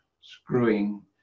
screwing